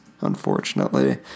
unfortunately